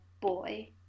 boy